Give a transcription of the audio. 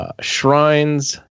Shrines